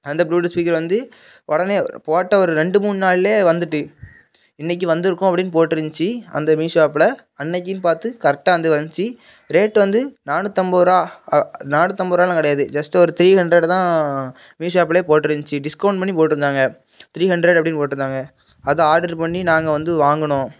அந்த bluetooth speaker வந்த உடனே போட்டு ஒரு ரெண்டு மூணு நாள்லேயே வந்துட்டு இன்னைக்கு வந்துருக்கும் அப்டின்னு போட்ருந்துச்சி அந்த மீஷோ ஆப்பில் அன்னைக்குன்னு பார்த்து கரெக்டாக வந்து வந்துச்சி ரேட் வந்து நானூற்றைம்பது ரூவா நானூற்றைம்பது ரூவாலாம் கிடையாது ஜஸ்ட் ஒரு த்ரீ ஹண்ட்ரெட் தான் மீஷோ ஆப்பில் போட்ருந்துச்சி டிஸ்கவுண்ட் பண்ணி போட்டுருந்தாங்க த்ரீ ஹண்ட்ரெட் அப்டின்னு போட்டுருந்தாங்க அது ஆடர் பண்ணி நாங்கள் வந்து வாங்கினோம்